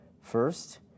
First